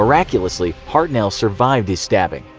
miraculously hartnell survived his stabbing.